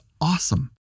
awesome